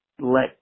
let